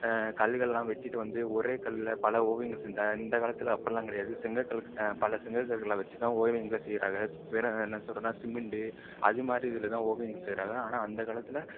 கல்களெலாம் வெட்டிட்டு வந்து ஒரே கல்லில் பல ஓவியங்கள் செஞ்சாங்க இந்த காலத்தில் அப்படில்லாம் கிடையாது செங்கற்கல்லு பல செங்கற்கற்கள வச்சு தான் ஓவியங்களே செய்யிறாங்க வெறும் என்ன சொல்றதுன்னால் சிமிண்டு அதுமாதிரி இதில் தான் ஓவியங்கள் செய்கிறாங்க ஆனால் அந்த காலத்தில்